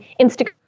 Instagram